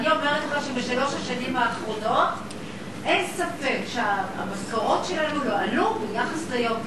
בשלוש השנים האחרונות אין ספק שהמשכורות שלנו לא עלו ביחס ליוקר.